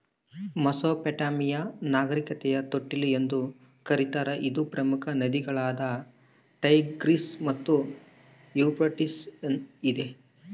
Mesopotamia ನಾಗರಿಕತೆಯ ತೊಟ್ಟಿಲು ಎಂದು ಕರೀತಾರ ಇದು ಪ್ರಮುಖ ನದಿಗಳಾದ ಟೈಗ್ರಿಸ್ ಮತ್ತು ಯೂಫ್ರಟಿಸ್ ಇದೆ